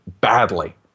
badly